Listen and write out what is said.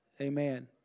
Amen